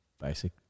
Basic